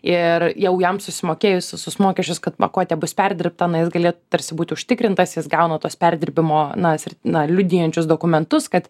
ir jau jam susimokėjus visus mokesčius kad pakuotė bus perdirbta na jis galėtų tarsi būti užtikrintas jis gauna tos perdirbimo na ser na liudijančius dokumentus kad